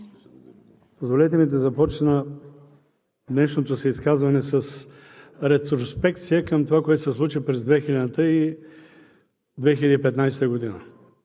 Позволете ми да започна днешното си изказване с ретроспекция към това, което се случи през 2000-а